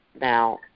Now